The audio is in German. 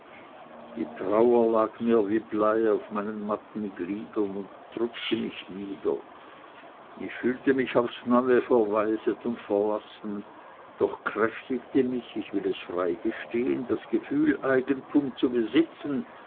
die trauer lag mir wie blei auf meinen matten gliedern und drückte mich nieder ich fühlte mich aufs neue verwaiset und verlassen doch kräftigte mich ich will es frei gestehen das gefühl eigentum zu besitzen